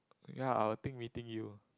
ye I would think meeting you